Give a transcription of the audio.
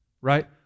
Right